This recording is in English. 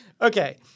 Okay